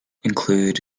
include